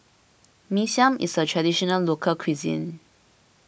Mee Siam is a Traditional Local Cuisine